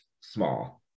small